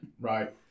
Right